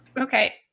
okay